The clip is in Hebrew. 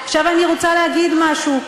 עכשיו אני רוצה להגיד משהו,